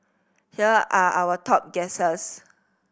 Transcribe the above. here are our top guesses